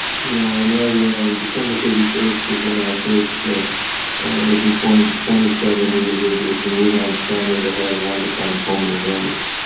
you know, i know that on december thirty first is when i first was informed of twenty seven individuals in wuhan, china, that had an undefined pulmonary illness.